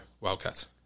Wildcats